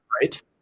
right